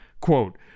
Quote